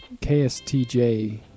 KSTJ